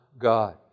God